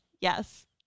Yes